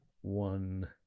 one